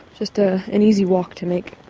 just ah an easy walk to make,